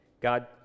God